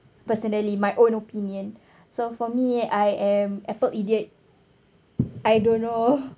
personally my own opinion so for me I am Apple idiot I don't know